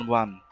one